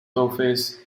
office